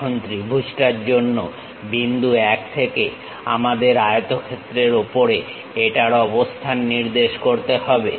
এখন ত্রিভুজটার জন্য বিন্দু 1 থেকে আমাদের আয়তক্ষেত্রের ওপরে এটার অবস্থান নির্দেশ করতে হবে